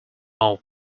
mode